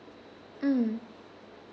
mm